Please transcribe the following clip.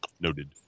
noted